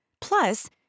Plus